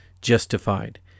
justified